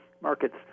markets